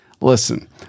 Listen